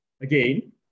again